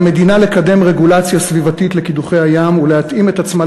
על המדינה לקדם רגולציה סביבתית לקידוחי הים ולהתאים את עצמה